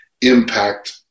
impact